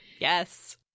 Yes